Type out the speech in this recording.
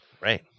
Right